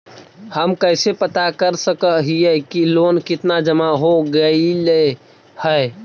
हम कैसे पता कर सक हिय की लोन कितना जमा हो गइले हैं?